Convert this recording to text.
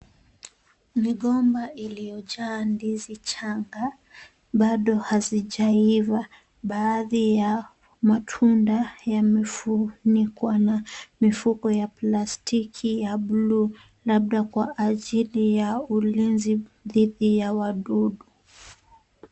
Migomba iliyojaa ndizi changa, bado hazijaiva. Baadhi ya matunda yamefunikwa na mifuko ya plastiki ya blue labda kwa ajili ya ulinzi dhidi ya wadudu.